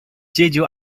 jeju